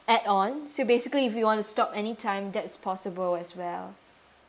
add ons so basically if you want to stop anytime that's possible as well